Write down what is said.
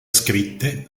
scritte